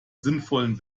sinnvollen